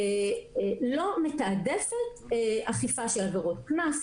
לא מתעדפת אכיפה של עבירות קנס.